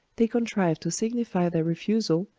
they contrive to signify their refusal,